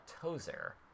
Tozer